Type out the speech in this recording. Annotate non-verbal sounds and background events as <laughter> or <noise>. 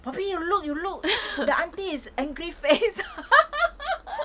poppy you look you look the aunty is angry face <laughs> <laughs>